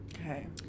Okay